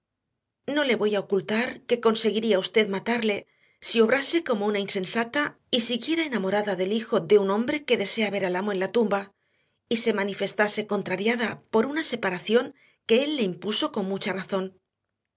no le voy a ocultar que conseguiría usted matarle si obrase como una insensata y siguiera enamorada del hijo de un hombre que desea ver al amo en la tumba y se manifestase contrariada por una separación que él le impuso con mucha razón